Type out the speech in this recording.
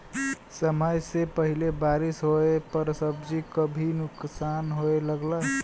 समय से पहिले बारिस होवे पर सब्जी क भी नुकसान होये लगला